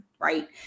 right